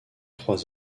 trois